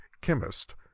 chemist